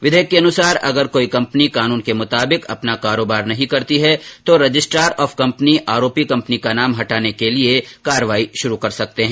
विधेयक के अनुसार अगर कोई कंपनी कानून के मुताबिक अपना कारोबार नहीं करती है तो रजिस्ट्रार ऑफ कंपनी आरोपी कंपनी का नाम हटाने के लिए कार्रवाई शुरू कर सकते हैं